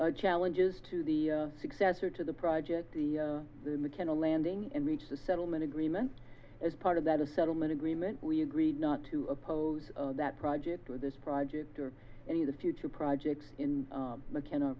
challenges to the successor to the project the mckenna landing and reach the settlement agreement as part of that a settlement agreement we agreed not to oppose that project or this project or any of the future projects in mckenna